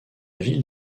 ville